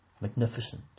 magnificent